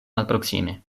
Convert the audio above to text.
malproksime